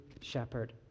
shepherd